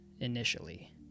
initially